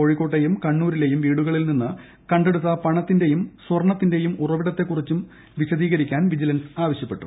കോഴിക്കോട്ടെയും കണ്ണൂരിലെയും വീടുകളിൽ നിന്ന് കണ്ടെടുത്ത പണത്തിന്റെയും സ്വർണ്ണത്തിന്റെയും ഉറവിടത്തെക്കുറിച്ചും വിശദീകരിക്കാൻ വിജിലൻസ് ആവശ്യപ്പെട്ടു